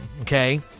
okay